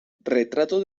retrato